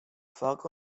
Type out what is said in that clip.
foc